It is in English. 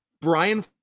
Brian